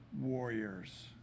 warriors